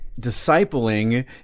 discipling